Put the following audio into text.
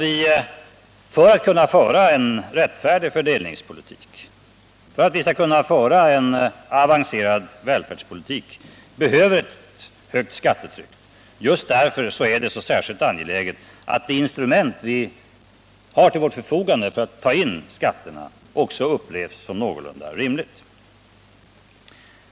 För att kunna föra en rättfärdig fördelningspolitik och för att vi skall kunna föra en avancerad välfärdspolitik behöver vi ett högt skattetryck. Just därför är det särskilt angeläget att det instrument vi har till vårt förfogande för att ta in skatterna också upplevs som någorlunda rimligt.